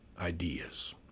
ideas